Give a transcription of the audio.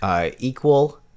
equal